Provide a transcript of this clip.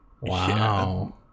Wow